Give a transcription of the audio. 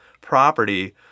property